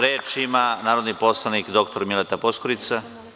Reč ima narodni poslanik dr Mileta Poskurica.